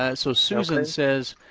ah so susan says,